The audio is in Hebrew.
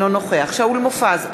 אינו נוכח שאול מופז,